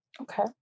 Okay